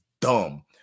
dumb